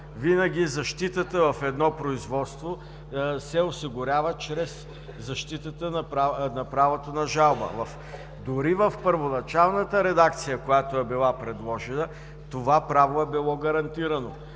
Винаги защитата в едно производство се осигурява чрез защитата на правото на жалба. Дори в първоначално предложената редакция това право е било гарантирано.